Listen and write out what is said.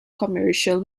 commercial